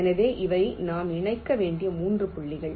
எனவே இவை நாம் இணைக்க வேண்டிய 3 புள்ளிகள்